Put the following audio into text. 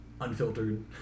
unfiltered